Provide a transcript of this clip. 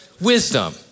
wisdom